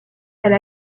elle